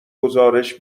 گزارش